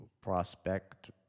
prospect